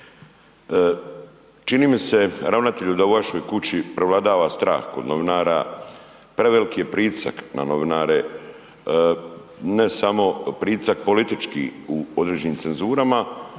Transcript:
Čini mi se ravnatelju da u vašoj kući prevladava strah kod novinara, preveliki je pritisak na novinare, ne samo pritisak politički u određenim cenzurama,